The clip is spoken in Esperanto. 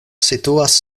situas